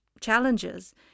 challenges